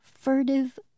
furtive